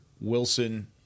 Wilson